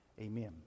amen